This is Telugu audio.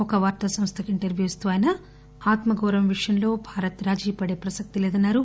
ఒక వార్తా సంస్థకు ఇంటర్ప్యూ ఇస్తూ ఆయన ఆత్మ గౌరవం విషయంలో భారత్ రాజీపడే ప్రసక్తిలేదన్నారు